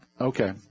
Okay